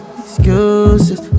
excuses